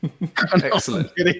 Excellent